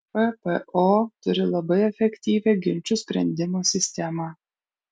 ppo turi labai efektyvią ginčų sprendimo sistemą